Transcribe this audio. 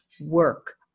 work